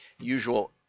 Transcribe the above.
usual